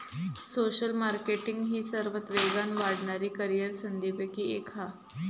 social marketing ही सर्वात वेगान वाढणाऱ्या करीअर संधींपैकी एक हा